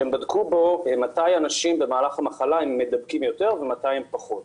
שהם בדקו מתי אנשים במהלך המחלה מידבקים יותר ומתי פחות.